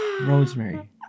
Rosemary